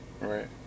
Right